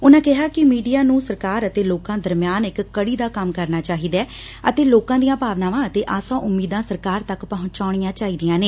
ਉਨੂਾਂ ਕਿਹਾ ਕਿ ਮੀਡੀਆ ਨੇੰ ਸਰਕਾਰ ਅਤੇ ਲੋਕਾ ਦਰਮਿਆਨ ਇਕ ਕੜੀ ਦਾ ਕੰਮ ਕਰਨਾ ਚਾਹੀਦੈ ਅਤੇ ਲੋਕਾ ਦੀਆ ਭਾਵਨਾਵਾ ਅਤੇ ਆਸਾ ਉਮੀਦਾਂ ਸਰਕਾਰ ਤੱਕ ਪਹੁੰਚਾਣੀਆਂ ਚਾਹੀਦੀਆਂ ਨੇ